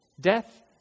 Death